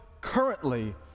currently